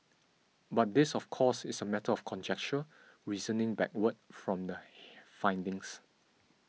but this of course is a matter of conjecture reasoning backward from the findings